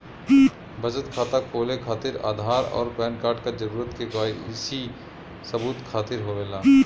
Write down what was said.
बचत खाता खोले खातिर आधार और पैनकार्ड क जरूरत के वाइ सी सबूत खातिर होवेला